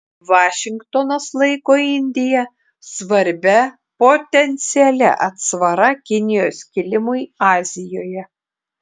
vašingtonas laiko indiją svarbia potencialia atsvara kinijos kilimui azijoje